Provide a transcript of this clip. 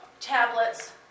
tablets